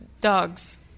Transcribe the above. dogs